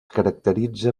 caracteritza